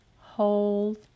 Hold